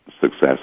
success